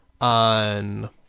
on